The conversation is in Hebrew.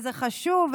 שזה חשוב,